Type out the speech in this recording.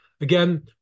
Again